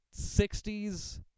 60s